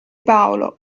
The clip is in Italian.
paolo